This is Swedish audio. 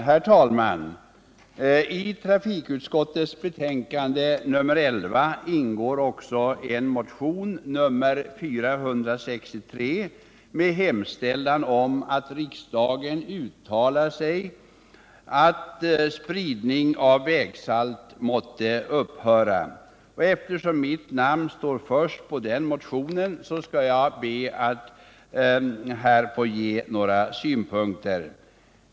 Herr talman! I trafikutskottets betänkande nr 11 behandlas också motionen 463 med hemställan om att riksdagen uttalar sig för att spridning av vägsalt måtte upphöra. Eftersom mitt namn står först på denna motion skall jag be att få ge några synpunkter.